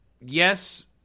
yes